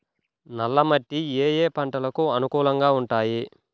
నల్ల మట్టి ఏ ఏ పంటలకు అనుకూలంగా ఉంటాయి?